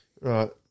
Right